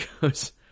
goes